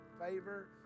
favor